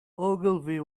ogilvy